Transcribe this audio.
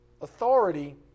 Authority